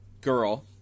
girl